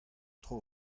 tro